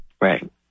Right